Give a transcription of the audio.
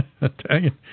Italian